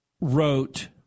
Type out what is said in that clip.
wrote